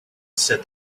said